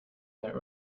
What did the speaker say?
that